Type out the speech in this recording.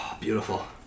Beautiful